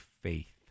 faith